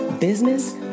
business